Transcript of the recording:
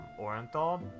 Orenthal